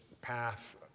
path